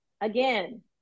Again